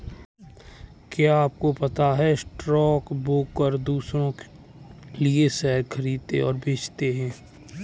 क्या आपको पता है स्टॉक ब्रोकर दुसरो के लिए शेयर खरीदते और बेचते है?